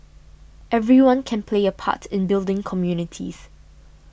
everyone can play a part in building communities